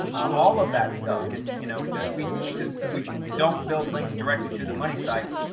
all of that stuff can you know, just we we just we don't build links directly to the money site.